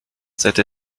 cette